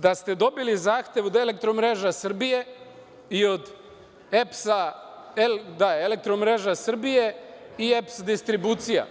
Da ste dobili zahtev od Elektromreža Srbije, i EPS distribucija,